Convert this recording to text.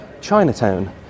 Chinatown